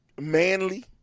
manly